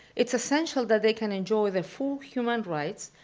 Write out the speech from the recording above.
it's essential that they can enjoy the full human rights,